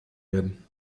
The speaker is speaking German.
werden